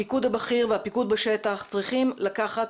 הפיקוד הבכיר והפיקוד בשטח צריכים לקחת